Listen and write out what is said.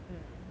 mm